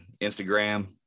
Instagram